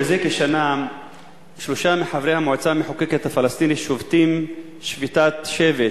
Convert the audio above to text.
כשנה שלושה מחברי המועצה המחוקקת הפלסטינית שובתים שביתת שבת